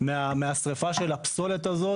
מהשריפה של הפסולת הזאת.